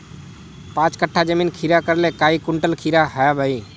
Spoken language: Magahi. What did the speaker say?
पाँच कट्ठा जमीन खीरा करले काई कुंटल खीरा हाँ बई?